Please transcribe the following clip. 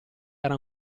era